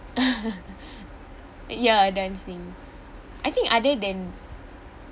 ya dancing I think other than